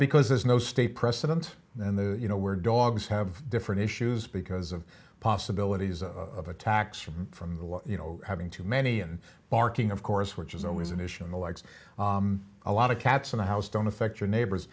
because there's no state precedent in the you know where dogs have different issues because of possibilities of attacks from from the you know having too many and barking of course which is always an issue in the legs a lot of cats in the house don't affect your neighbors